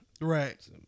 Right